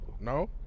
No